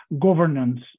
governance